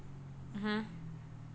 (uh huh)